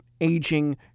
aging